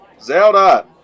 Zelda